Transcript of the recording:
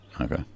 Okay